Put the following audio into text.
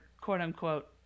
quote-unquote